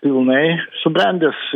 pilnai subrendęs